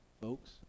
folks